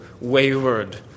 wayward